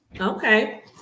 Okay